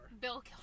Bill